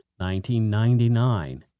1999